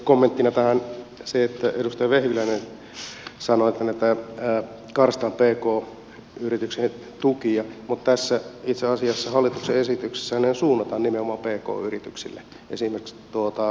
kommenttina tähän se että edustaja vehviläinen sanoi että karsitaan pk yrityksiltä tukia mutta itse asiassa hallituksen esityksessähän ne suunnataan nimenomaan pk yrityksille esimerkiksi toimitilarakentamisen osalta